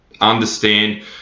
understand